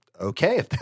Okay